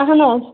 اہن حظ